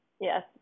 Yes